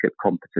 competence